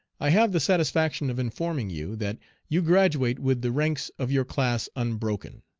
i have the satisfaction of informing you that you graduate with the ranks of your class unbroken.